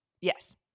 Yes